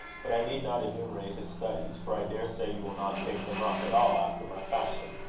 but i need not enumerate his studies, for i daresay you will not take them up at all after my fashion.